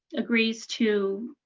agrees to